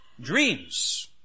dreams